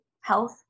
health